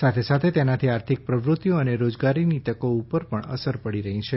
સાથે સાથે તેનાથી આર્થિક પ્રવૃત્તિઓ અને રોજગારીની તકો ઉપર પણ અસર પડી છે